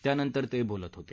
त्यानंतर ते बोलत होते